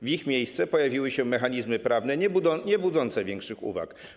W ich miejsce pojawiły się mechanizmy prawne niebudzące większych uwag.